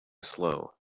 slow